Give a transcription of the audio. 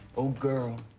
oh, girl.